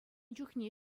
чухне